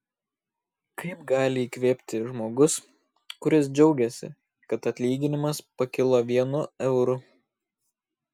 kaip gali įkvėpti žmogus kuris džiaugiasi kad atlyginimas pakilo vienu euru